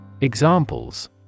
Examples